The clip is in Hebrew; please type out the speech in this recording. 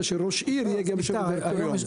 שראש עיר יהיה גם יושב-ראש דירקטוריון.